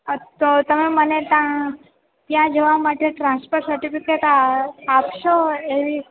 અ તો તમે મને તાં ત્યાં જવા માટે ટ્રાન્સફર સર્ટિફિકેટ આપશો એવી